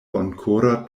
bonkora